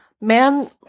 Man